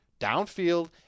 downfield